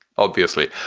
obviously.